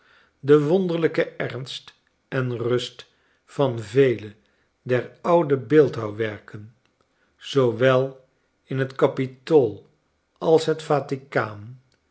de verwonderlijke ernst en rust van vele der oude beeldhouwwerken zoowel in het kapitool als het vatikaan